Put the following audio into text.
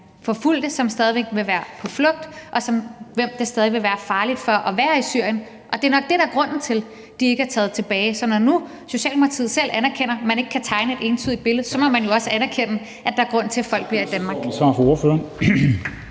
som stadig væk vil være på flugt, og for hvem det stadig vil farligt at være i Syrien, og det er nok det, der er grunden til at de ikke er taget tilbage. Så når nu Socialdemokratiet selv anerkender, at man ikke kan tegne et entydigt billede, må man jo også anerkende, at der er en grund til, at folk bliver i Danmark.